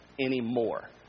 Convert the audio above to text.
anymore